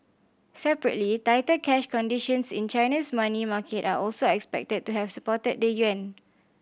separately tighter cash conditions in China's money market are also expected to have supported the yuan